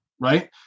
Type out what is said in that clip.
right